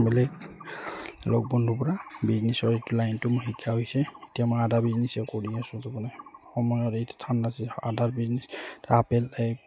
বেলেগ লগৰ বন্ধুৰপৰা বিজনেছৰ এইটো লাইনটো মোৰ শিক্ষা হৈছে এতিয়া মই আদা বিজনেচে কৰি আছো তাৰমানে সময়ত এই ঠাণ্ডা আধাৰ বিজনেছ আপেল